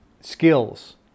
skills